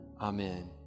Amen